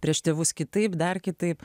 prieš tėvus kitaip dar kitaip